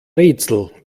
rätsel